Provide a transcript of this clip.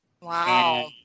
Wow